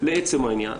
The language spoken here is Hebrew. לעצם העניין,